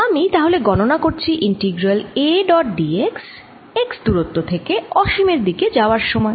আমি তাহলে গণনা করছি integral E dot dx x দুরত্ব থেকে অসীমের দিকে যাওয়ার সময়